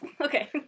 Okay